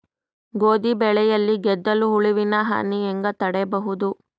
ಗೋಧಿ ಬೆಳೆಯಲ್ಲಿ ಗೆದ್ದಲು ಹುಳುವಿನ ಹಾನಿ ಹೆಂಗ ತಡೆಬಹುದು?